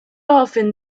often